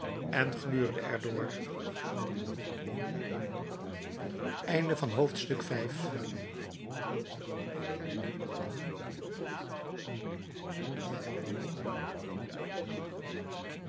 en gluurde er door